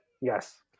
Yes